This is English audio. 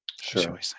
Sure